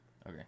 Okay